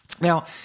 Now